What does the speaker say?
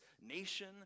nation